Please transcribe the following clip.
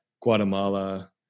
Guatemala